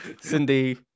Cindy